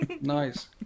Nice